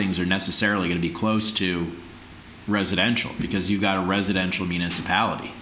things are necessarily going to close to residential because you've got a residential municipality